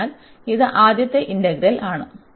അതിനാൽ ഇത് ആദ്യത്തെ ഇന്റഗ്രൽ ആണ്